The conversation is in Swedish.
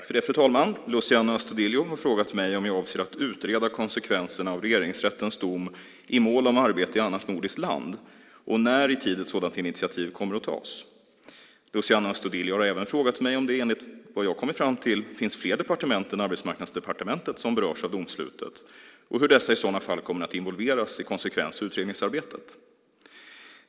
Fru talman! Luciano Astudillo har frågat mig om jag avser att utreda konsekvenserna av Regeringsrättens dom i mål om arbete i annat nordiskt land och när i tid ett sådant initiativ kommer att tas. Luciano Astudillo har även frågat mig om det, enligt vad jag har kommit fram till, finns fler departement än Arbetsmarknadsdepartementet som berörs av domslutet och hur dessa i sådana fall kommer att involveras i konsekvens och utredningsarbetet.